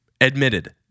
admitted